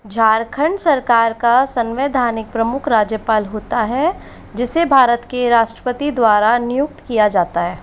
झारखंड सरकार का सन्वेधानिक प्रमुख राज्यपाल होता है जिसे भारत के राष्ट्रपति द्वारा नियुक्त किया जाता है